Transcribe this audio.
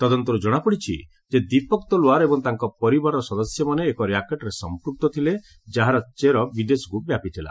ତଦନ୍ତରୁ ଜଣାପଡ଼ିଛି ଯେ ଦିପକ ତଲୱାର ଏବଂ ତାଙ୍କ ପରିବାରର ସଦସ୍ୟମାନେ ଏକ ର୍ୟାକେଟ୍ରେ ସଂପୃକ୍ତ ଥିଲେ ଯାହାର ଚେର ବିଦେଶକୁ ବ୍ୟାପିଥିଲା